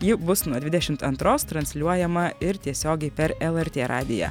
ji bus nuo dvidešimt antros transliuojama ir tiesiogiai per lrt radiją